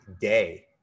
day